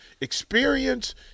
experience